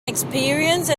experience